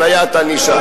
הבניית ענישה.